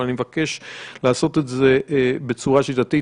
אבל אני מבקש לעשות את זה בצורה שיטתית.